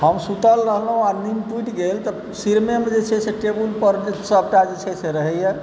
हम सुतल रहलहुँ आ नीन्द टुटि गेल तऽ सिरमेमे जे छै से टेबुल परमे सभटा जे छै से रहैया